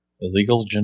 Illegal